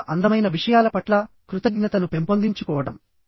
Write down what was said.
ప్రశంసః అందమైన విషయాల పట్ల కృతజ్ఞతను పెంపొందించుకోవడం